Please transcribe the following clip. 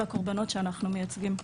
ולקורבנות שאנחנו מייצגים.